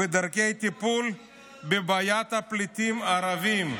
ודרכי טיפול בבעיית הפליטים הערבים,